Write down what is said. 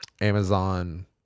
Amazon